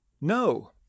No